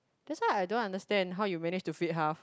that's why I don't understand how you manage to fit half